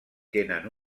tenen